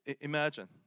Imagine